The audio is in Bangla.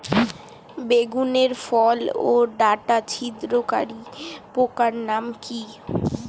বেগুনের ফল ওর ডাটা ছিদ্রকারী পোকার নাম কি?